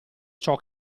ciò